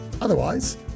Otherwise